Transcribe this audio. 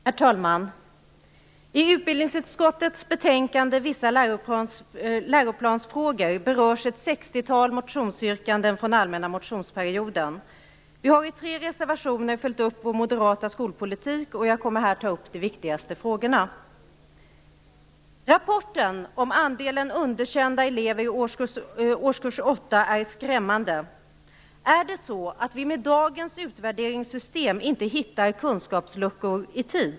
Herr talman! I utbildningsutskottets betänkande Vissa läroplansfrågor berörs ett sextiotal motionsyrkanden från allmänna motionsperioden. Vi har i tre reservationer följt upp vår moderata skolpolitik och jag kommer här att ta upp de viktigaste frågorna. 8 är skrämmande. Är det så att vi med dagens utvärderingssystem inte hittar kunskapsluckor i tid?